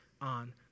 on